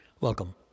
Welcome